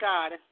God